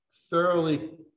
thoroughly